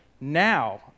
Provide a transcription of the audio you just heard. now